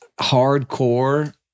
hardcore